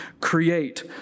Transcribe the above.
create